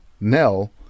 Nell